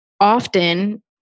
often